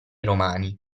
romani